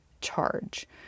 charge